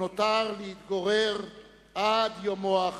ובו נותר להתגורר עד יומו האחרון.